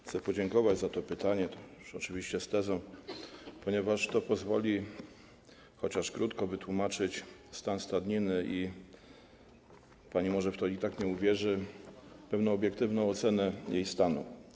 Chcę podziękować za to pytanie, oczywiście z tezą, ponieważ to pozwoli chociaż krótko wytłumaczyć stan stadniny i - pani może w to i tak nie uwierzy - przedstawić pewną obiektywną ocenę jej stanu.